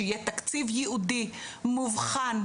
שיהיה תקציב ייעודי מאובחן,